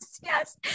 yes